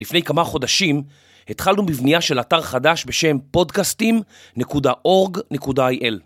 לפני כמה חודשים התחלנו בבנייה של אתר חדש בשם podcastim.org.il.